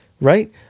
right